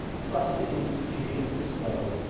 trust in institutions is low,